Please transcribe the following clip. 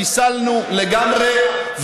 חיסלנו לגמרי,